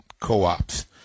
co-ops